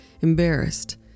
embarrassed